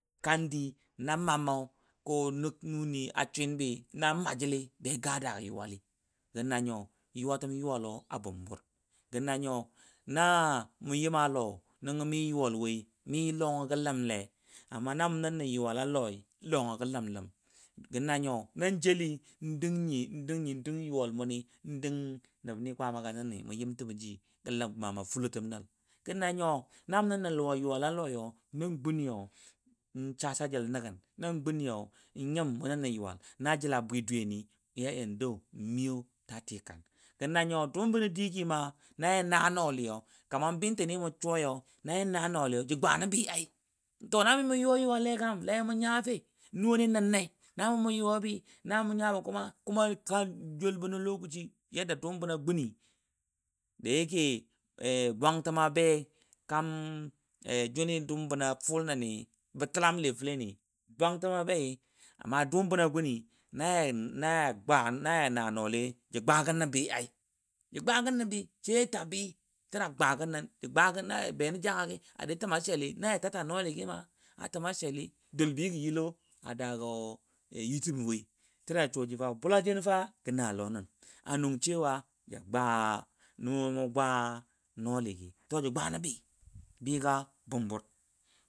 Kandi na mammɔ ko nʊni a swinbi na maajili ba ga da yuwal. gə na nyo yuwa təm yuwaloa bum bur namʊ yəma lɔmi yuwal wɔi mi lɔngɔ gə ləmle amma na mu nəngənə yuwa l lɔi gə lam ləm gəna nyo nan jeli n dinnyi n din yuwal mʊni din nəbni kwaama ga nəni mʊ yim jibɔ jiigə mama fʊlɔtəm nəl gə nyo na mʊnə yuwala lɔi nan guyau mʊ sa sa jəl nəgən nan guni yau n nyim mʊ nəngən nə yuwal la jəl bwi dwiyeni mʊ iya iya dou miyo sa tikan gə nanyo dʊʊm bənɔ digani na yi na nɔɔli yau kamarbɨntən ni mʊ suwai yau nan na nɔɔli ja gwa nə bɨ ai to la mimʊ yuwa yuwal lekam la yamʊ nya fe. lamʊ yuwa bi la mʊ nya bo kuma joul bəno lokaci ni dʊʊm bə gʊnida yake bwantəma be kan jʊni dʊʊm bəna fuul nənibə təlamle fəle ni bwantəma bei amma dʊʊm bəna guni na ja gwa na ja na nɔɔli ja gwagən nə bɨ ai gwagən nə bɨ shi ja gwagən nən bɨ aina ja benən jangagi na da tata lɔɔli gia təma sheli dul bɨ gɔ yilɔ a dagɔ yutəm woi tə da suwa go bʊla jen fa gə na lɔnən a nʊn cewa ja gwa nʊ gwa nɔɔli gi to ja gwa nə bɨ, bɨga bumbur.